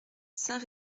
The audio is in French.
saint